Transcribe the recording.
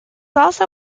also